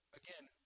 again